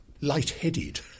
lightheaded